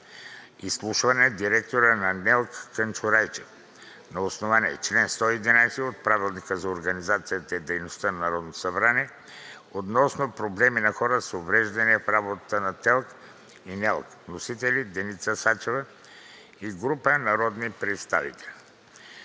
Изслушване на директора на НЕЛК Кънчо Райчев на основание чл. 111 от Правилника за организацията и дейността на Народното събрание относно проблеми на хората с увреждания в работата на ТЕЛК и НЕЛК. Вносители са Деница Сачева и група народни представители